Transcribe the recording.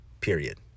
period